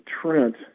Trent –